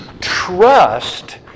Trust